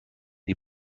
die